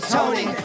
Tony